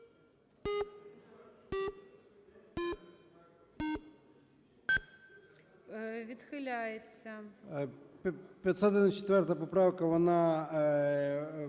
Відхиляється.